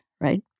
right